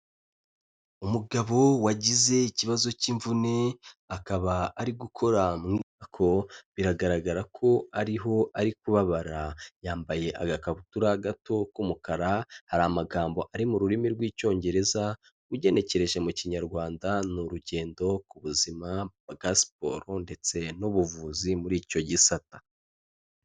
Umugabo wagize ikibazo cy'imvune akaba ari gukora mu itako biragaragara ko ariho ari kubabara, yambaye agakabutura gato k'umukara. Hari amagambo ari mu rurimi rw'Icyongereza ugenekereje mu Kinyarwanda ni urugendo ku buzima bwa siporo ndetse n'ubuvuzi muri icyo gisata.